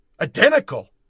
Identical